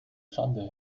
schande